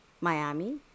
Miami